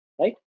right